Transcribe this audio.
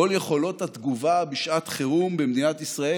כל יכולות התגובה בשעת חירום במדינת ישראל